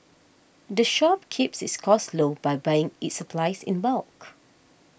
the shop keeps its costs low by buying its supplies in bulk